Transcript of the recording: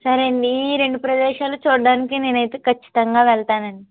సరే అండి ఈ రెండు ప్రదేశాలు చూడ్డానికి నేనైతే ఖచ్చితంగా వెళ్తానండి